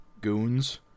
goons